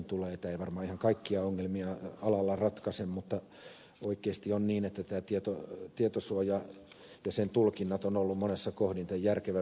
tämä ei varmaan ihan kaikkia ongelmia alalla ratkaise mutta oikeasti on niin että tämä tietosuoja ja sen tulkinnat on ollut monessa kohdin tämän järkevän verkostotyön esteenä